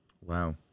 Wow